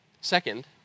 Second